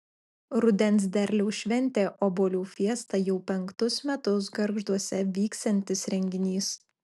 rudens derliaus šventė obuolių fiesta jau penktus metus gargžduose vyksiantis renginys